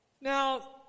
Now